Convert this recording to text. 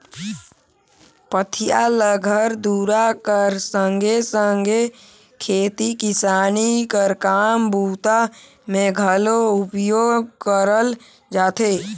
पथिया ल घर दूरा कर संघे सघे खेती किसानी कर काम बूता मे घलो उपयोग करल जाथे